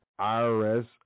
IRS